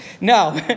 No